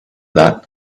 that